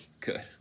Good